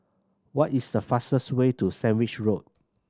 what is the fastest way to Sandwich Road